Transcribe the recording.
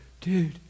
dude